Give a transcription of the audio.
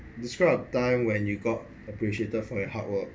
describe a time when you got appreciated for your hard work